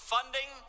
Funding